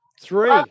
Three